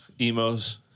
Emo's